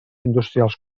industrials